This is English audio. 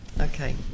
Okay